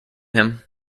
him